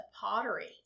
pottery